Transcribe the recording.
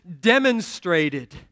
demonstrated